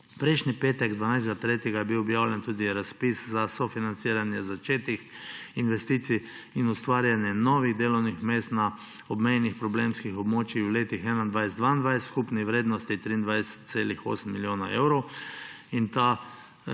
Prejšnji petek, 12. 3., je bil objavljen tudi razpis za sofinanciranje začetih investicij in ustvarjanje novih delovnih mest na obmejnih problemskih območjih v letih 2021, 2022 v skupni vrednosti 23,8 milijona evrov.